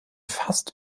fast